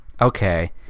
okay